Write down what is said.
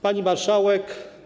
Pani Marszałek!